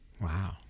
Wow